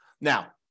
Now